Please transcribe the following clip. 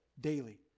daily